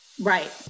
right